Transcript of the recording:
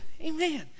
Amen